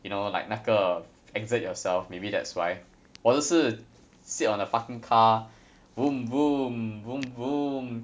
you know like 那个 exert yourself maybe that's why 我的是 sit on a fucking car vroom vroom vroom vroom